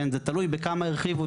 אני רוצה לאפשר לשוק הפרטי לתכנן גם